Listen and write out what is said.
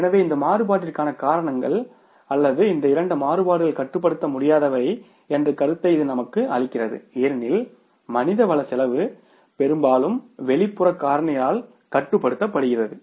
எனவே இந்த மாறுபாட்டிற்கான காரணங்கள் அல்லது இந்த இரண்டு மாறுபாடுகள் கட்டுப்படுத்த முடியாதவை என்ற கருத்தை இது நமக்கு அளிக்கிறது ஏனெனில் மனித வள செலவு பெரும்பாலும் வெளிப்புற காரணியால் கட்டுப்படுத்தப்படுகிறது